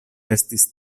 estis